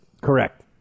Correct